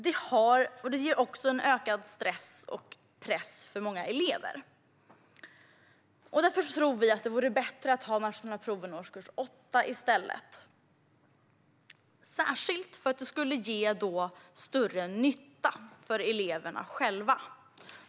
Det ger också en ökad stress och press för många elever. Därför tror vi att det vore bättre att ha de nationella proven i årskurs 8 i stället, särskilt för att det skulle ge större nytta för eleverna själva.